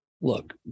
look